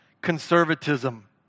Conservatism